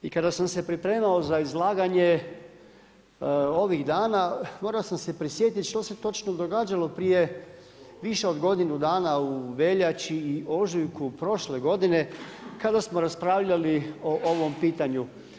I kada sam se pripremao za izlaganje ovih dana, morao sam se prisjetiti što se točno događalo prije više od godinu dana u veljači i ožujku prošle godine kada smo raspravljali o ovom pitanju.